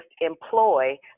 employ